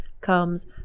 comes